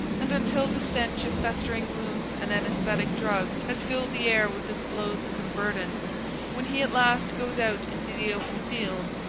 and until the stench of festering wounds and anaesthetic drugs has filled the air with its loathsome burthen when he at last goes out into the open field,